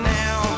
now